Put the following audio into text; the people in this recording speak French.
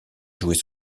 jouer